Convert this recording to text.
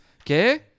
Okay